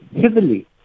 heavily